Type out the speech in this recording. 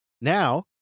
Now